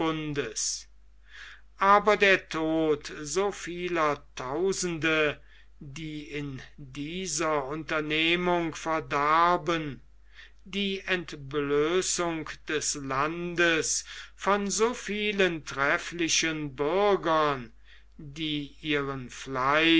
aber der tod so vieler tausende die in dieser unternehmung verdarben die entblößung des landes von so vielen trefflichen bürgern die ihren fleiß